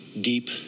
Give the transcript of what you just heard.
deep